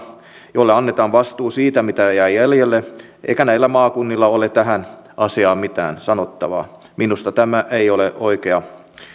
joille annetaan vastuu siitä mitä jää jäljelle eikä näillä maakunnilla ole tähän asiaan mitään sanottavaa minusta tämä ei ole oikea